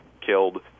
killed